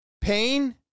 pain